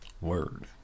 Word